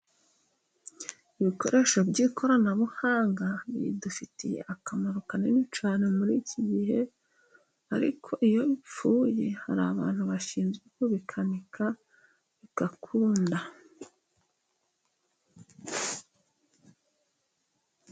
Ibikoresho by'ikoranabuhanga bidufitiye akamaro kanini cyane muri iki gihe ariko iyo bipfuye hari abantu bashinzwe kubikanika bigakunda.